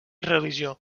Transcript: religió